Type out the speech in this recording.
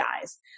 guys